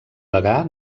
degà